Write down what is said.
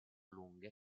lunghe